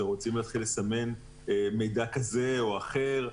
שרוצים להתחיל לסמן מידע כזה או אחר.